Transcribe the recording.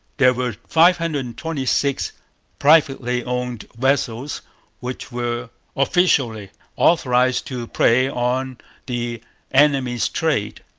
there were five hundred and twenty six privately owned vessels which were officially authorized to prey on the enemy's trade.